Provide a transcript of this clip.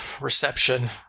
reception